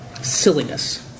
silliness